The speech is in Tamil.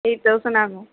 எயிட் தௌசண்ட் ஆகும்